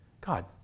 God